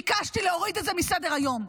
וביקשתי להוריד את זה מסדר-היום.